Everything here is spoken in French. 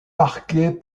marqué